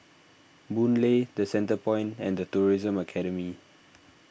Boon Lay the Centrepoint and the Tourism Academy